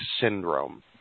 syndrome